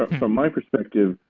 ah from my perspective,